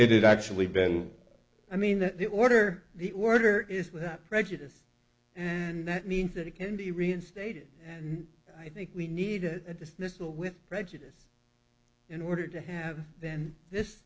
it actually been i mean that the order the order is without prejudice and that means that it can be reinstated and i think we need it at this missile with prejudice in order to have then this